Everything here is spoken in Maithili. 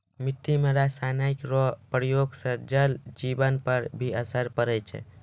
मिट्टी मे रासायनिक रो प्रयोग से जल जिवन पर भी असर पड़ै छै